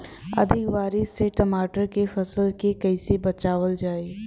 अधिक बारिश से टमाटर के फसल के कइसे बचावल जाई?